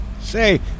Say